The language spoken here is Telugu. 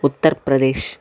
ఉత్తర్ప్రదేశ్